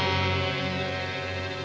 and